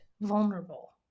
vulnerable